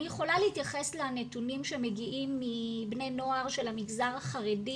אני יכולה להתייחס לנתונים שמגיעים מבני נוער של המגזר החרדי,